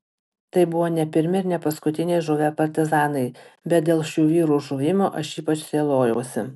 tai buvo ne pirmi ir ne paskutiniai žuvę partizanai bet dėl šių vyrų žuvimo aš ypač sielojausi